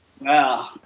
Wow